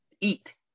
eat